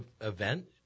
event